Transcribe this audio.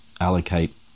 allocate